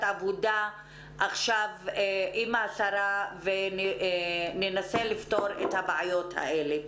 עבודה עכשיו עם השרה וננסה לפתור את הבעיות האלה.